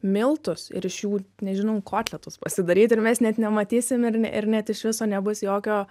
miltus ir iš jų nežinau kotletus pasidaryt ir mes net nematysim ir ir net iš viso nebus jokio